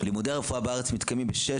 לימודי הרפואה בארץ מתקיימים בשש